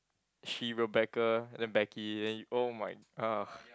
she Rebecca then Becky then !oh-my! !ugh!